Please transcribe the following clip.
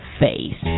face